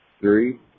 three